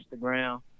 Instagram